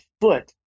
foot